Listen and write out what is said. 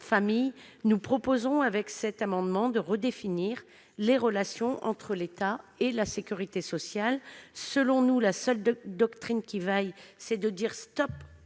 famille, nous proposons, au travers de cet amendement, de redéfinir les relations entre l'État et la sécurité sociale. Selon nous, la seule doctrine qui vaille, c'est de dire « stop